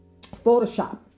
photoshop